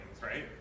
right